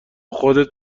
خودت